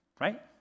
right